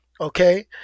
okay